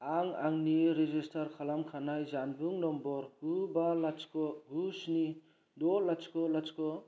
आं आंनि रेजिस्टार खालामखानाय जानबुं नम्बर गु बा लाथिख' गु स्नि द' लाथिख' लाथिख'